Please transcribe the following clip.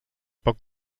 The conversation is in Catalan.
poc